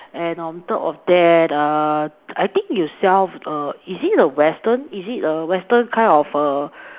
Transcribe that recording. and on top of that err I think you sell err is it a Western is it a Western kind of err